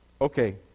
Okay